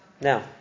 Now